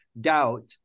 doubt